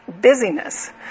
busyness